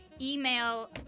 email